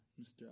Mr